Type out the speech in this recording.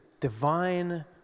divine